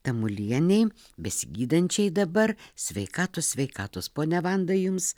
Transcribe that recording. tamulienei besigydančiai dabar sveikatos sveikatos ponia vanda jums